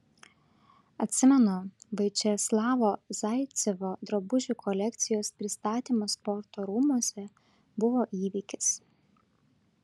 atsimenu viačeslavo zaicevo drabužių kolekcijos pristatymas sporto rūmuose buvo įvykis